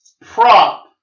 prop